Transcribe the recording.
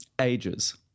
ages